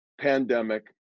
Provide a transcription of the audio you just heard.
pandemic